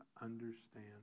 understand